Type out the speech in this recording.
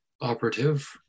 operative